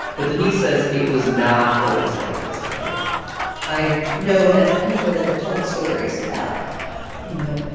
but denise says it was not always like this out here i know enough people that have told stories about, you know,